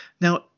Now